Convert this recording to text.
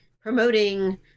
promoting